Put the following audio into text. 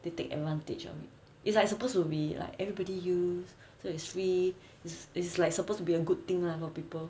they take advantage of it it's like supposed to be like everybody use so it's free it's like supposed to be a good thing lah for people